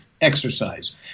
exercise